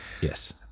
yes